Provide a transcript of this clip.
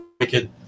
wicked